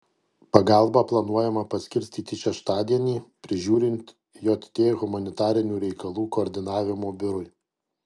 pagalbą planuojama paskirstyti šeštadienį prižiūrint jt humanitarinių reikalų koordinavimo biurui